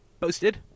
posted